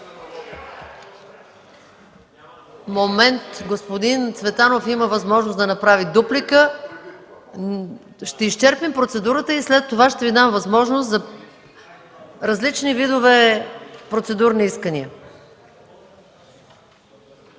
МАНОЛОВА: Господин Цветанов има възможност да направи дуплика. Ще изчерпим процедурата и след това ще Ви дам възможност за различни видове процедурни искания.